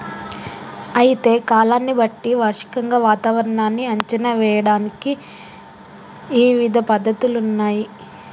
అయితే కాలాన్ని బట్టి వార్షికంగా వాతావరణాన్ని అంచనా ఏయడానికి ఇవిధ పద్ధతులున్నయ్యి